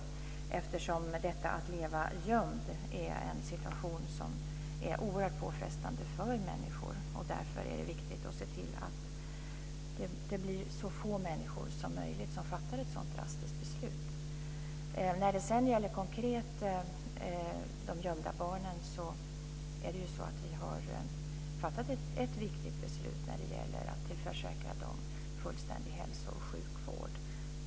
Att leva gömd är en situation som är oerhört påfrestande för människor, och det är viktigt att se till att det blir så få människor som möjligt som fattar ett så drastiskt beslut. När det gäller de gömda barnen har vi fattat ett viktigt konkret beslut att de ska tillförsäkras fullständig hälso och sjukvård.